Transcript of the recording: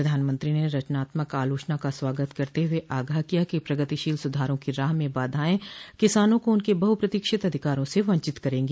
प्रधानमंत्री ने रचनात्मक आलोचना का स्वागत करते हुए आगाह किया कि प्रगतिशील सुधारों की राह में बाधाए किसानों को उनके बहुप्रतीक्षित अधिकारों से वंचित करेगी